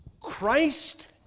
Christ